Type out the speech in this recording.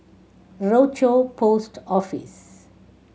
Rochor Post Office